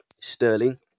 Sterling